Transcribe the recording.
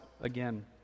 again